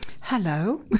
Hello